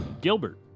Gilbert